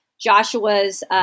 Joshua's –